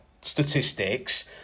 statistics